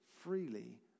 freely